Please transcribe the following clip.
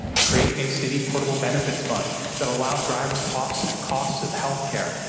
create a city portable benefits funds that allow drivers to offset cost of healthcare,